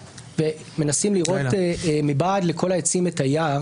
ומנסים לראות מבעד לכל העצים את היער